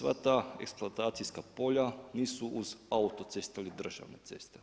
Sva ta eksploatacijska polja nisu uz autoceste ili državne ceste.